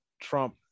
Trump